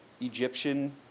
Egyptian